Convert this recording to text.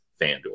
FanDuel